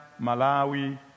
Malawi